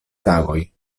tagoj